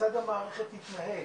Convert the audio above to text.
המערכת תתנהל,